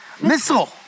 Missile